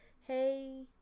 hey